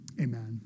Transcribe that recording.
Amen